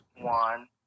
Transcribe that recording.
one